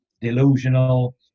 delusional